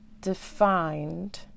defined